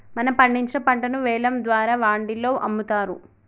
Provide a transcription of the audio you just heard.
మనం పండించిన పంటను వేలం ద్వారా వాండిలో అమ్ముతారు